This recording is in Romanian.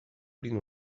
prin